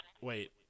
wait